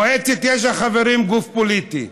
מועצת יש"ע, חברים, זה גוף פוליטי.